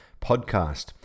podcast